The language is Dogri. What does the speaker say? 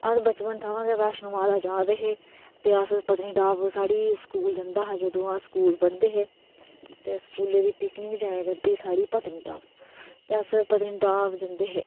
अस बचपन थमां गै बैष्णो माता जारदे हे ते पतनीटाप साढ़ा स्कूल जंदा हा जंदू अस स्कूल पढ़दे हे ते उसले दी पिकनिक जंदी ही साढ़ी पतनीटाप ते अस पतनीटाप जंदे हे